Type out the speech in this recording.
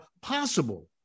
possible